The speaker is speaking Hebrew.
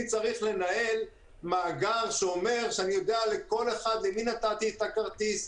אני צריך לנהל מאגר שאומר שאני יודע למי נתתי את הכרטיס,